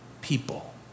people